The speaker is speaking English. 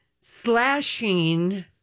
slashing